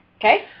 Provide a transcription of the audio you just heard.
Okay